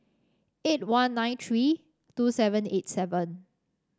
eight one nine three two seven eight seven